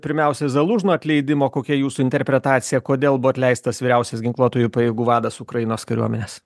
pirmiausia zalužno atleidimo kokia jūsų interpretacija kodėl buvo atleistas vyriausias ginkluotųjų pajėgų vadas ukrainos kariuomenės